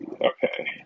Okay